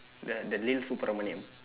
the the lil' subramoneyam